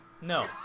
No